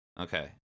Okay